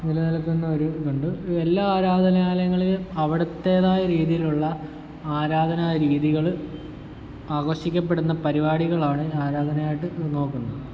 അതുപോലെതന്നെ ഇപ്പോൾ എന്താണ് ഒരു ഇതുണ്ട് എല്ലാ ആരാധനാലയങ്ങളിലും അവിടുത്തേതായ രീതിയിലുള്ള ആരാധനാ രീതികൾ ആഘോഷിക്കപ്പെടുന്ന പരിപാടികളാണ് ആരാധനയായിട്ട് നോക്കുന്നത്